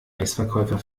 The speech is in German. eisverkäufer